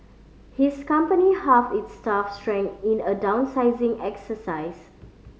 his company halved its staff strength in a downsizing exercise